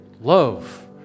love